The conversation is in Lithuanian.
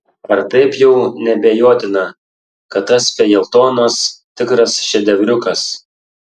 ar taip jau neabejotina kad tas feljetonas tikras šedevriukas